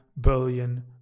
billion